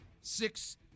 six